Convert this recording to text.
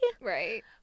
right